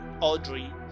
Audrey